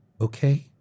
Okay